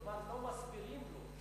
כלומר, לא מסבירים לו,